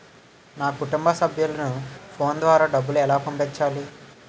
నా కుటుంబ సభ్యులకు ఫోన్ ద్వారా డబ్బులు ఎలా పంపించాలి?